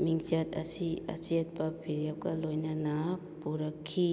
ꯃꯤꯡꯆꯠ ꯑꯁꯤ ꯑꯆꯦꯠꯄ ꯐꯤꯔꯦꯞꯀ ꯂꯣꯏꯅꯅ ꯄꯨꯔꯛꯈꯤ